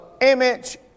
image